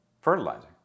Fertilizer